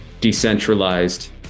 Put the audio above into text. decentralized